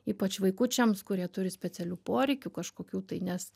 ypač vaikučiams kurie turi specialių poreikių kažkokių tai nes